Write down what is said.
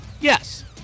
yes